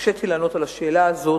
התקשיתי לענות על השאלה הזאת,